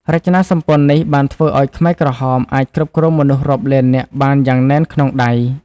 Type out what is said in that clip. រចនាសម្ព័ន្ធនេះបានធ្វើឱ្យខ្មែរក្រហមអាចគ្រប់គ្រងមនុស្សរាប់លាននាក់បានយ៉ាងណែនក្នុងដៃ។